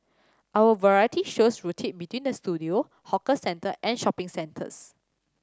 our variety shows rotate between the studio hawker centre and shopping centres